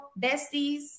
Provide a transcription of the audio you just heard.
besties